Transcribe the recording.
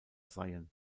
seien